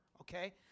okay